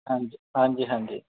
ਹਾਂਜੀ ਹਾਂਜੀ ਹਾਂਜੀ